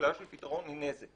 ואשליה של פתרון היא נזק.